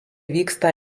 vyksta